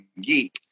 geek